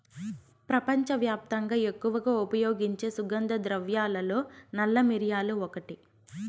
ప్రపంచవ్యాప్తంగా ఎక్కువగా ఉపయోగించే సుగంధ ద్రవ్యాలలో నల్ల మిరియాలు ఒకటి